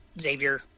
Xavier